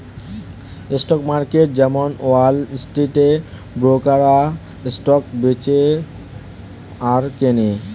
stock market যেমন wall স্ট্রিটে ব্রোকাররা স্টক বেচে আর কেনে